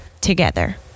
together